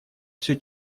все